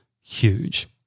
huge